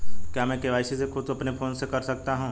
क्या मैं के.वाई.सी खुद अपने फोन से कर सकता हूँ?